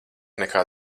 nekā